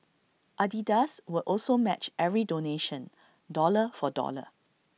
Adidas will also match every donation dollar for dollar